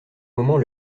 moment